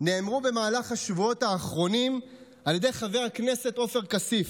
נאמרו במהלך השבועות האחרונים על ידי חבר הכנסת עופר כסיף,